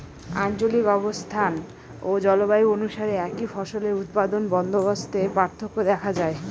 আঞ্চলিক অবস্থান ও জলবায়ু অনুসারে একই ফসলের উৎপাদন বন্দোবস্তে পার্থক্য দেখা যায়